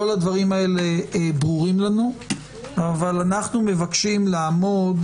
כל הדברים האלה ברורים לנו אבל אנחנו מבקשים לעמוד